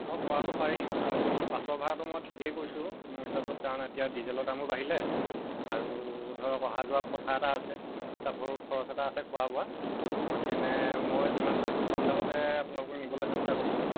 মই পৰাটো পাৰিম আৰু বাছৰ ভাড়াটো মই ঠিকেই কৈছোঁ মোৰ হিচাপত কাৰণ এতিয়া ডিজেলৰ দামো বাঢ়িলে আৰু ধৰক অহা যোৱা কথা এটা আছে হিচাপৰো খৰচ এটা আছে খোৱা বোৱা গতিকেনে মই যিমান পাৰিছোঁ কম দামতে আপোনালোকক নিবলৈ চেষ্টা কৰিছোঁ